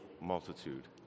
multitude